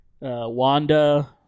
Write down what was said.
Wanda